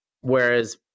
Whereas